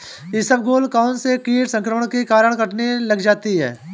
इसबगोल कौनसे कीट संक्रमण के कारण कटने लग जाती है?